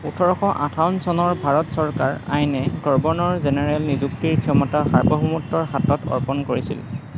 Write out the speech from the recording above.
ওঠৰশ আঠাৱন্ন চনৰ ভাৰত চৰকাৰ আইনে গৰৱৰ্নৰ জেনেৰেল নিযুক্তিৰ ক্ষমতা সাৰ্বভৌমত্বৰ হাতত অৰ্পণ কৰিছিল